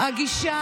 גלית,